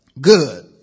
Good